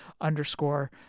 underscore